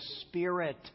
Spirit